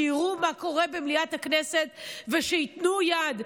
שיראו מה קורה במליאת הכנסת ושייתנו יד,